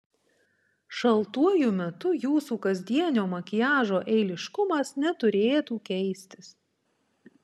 šaltuoju metu jūsų kasdienio makiažo eiliškumas neturėtų keistis